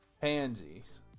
Pansies